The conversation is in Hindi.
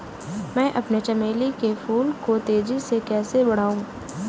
मैं अपने चमेली के फूल को तेजी से कैसे बढाऊं?